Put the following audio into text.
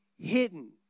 Hidden